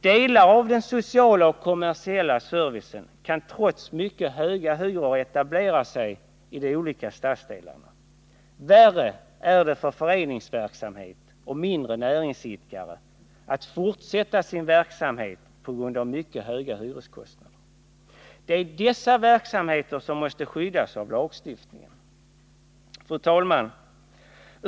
Delar av den sociala och kommersiella servicen kan trots mycket höga hyror etablera sig i de olika stadsdelarna. Värre är det för föreningar och mindre näringsidkare att fortsätta sin verksamhet på grund av de mycket höga hyreskostnaderna. Det är dessa verksamheter som måste skyddas av lagstiftningen.